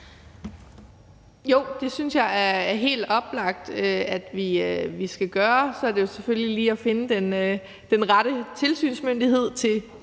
Jo, det synes jeg er helt oplagt at vi skal gøre. Så er der jo selvfølgelig lige det med at finde den rette tilsynsmyndighed til